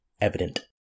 evident